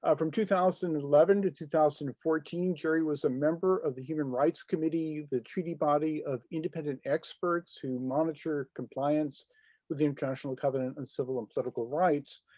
um from two thousand and eleven to two thousand and fourteen, gerry was a member of the human rights committee, the treaty body of independent experts who monitor compliance with the international covenant on civil and political rights.